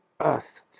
Earth